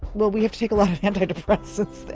well we have to take a lot of anti-depressants.